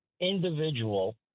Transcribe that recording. individual